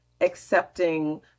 accepting